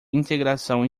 integração